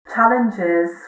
Challenges